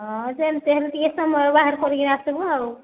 ହଁ ଯେମିତି ହେଲେ ଟିକେ ସମୟ ବାହାର କରିକି ଆସିବୁ ଆଉ